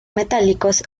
metálicos